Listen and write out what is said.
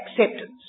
acceptance